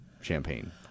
champagne